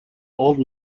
old